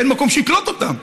כי אין מקום שיקלוט אותם.